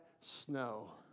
snow